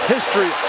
History